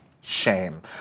Shame